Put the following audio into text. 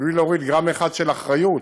בלי להוריד גרם אחד של אחריות,